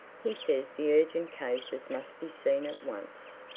he says the urgent cases must be seen at once.